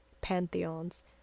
pantheons